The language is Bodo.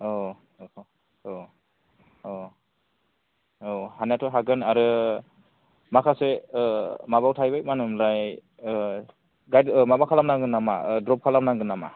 औ अ अ औ हानायाथ' हागोन आरो माखासे माबायाव थाहैबाय मा होनोमोनलाय गाइद बो माबा खालामनांगोन नामा द्रप खालामनांगोन नामा